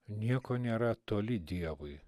nieko nėra toli dievui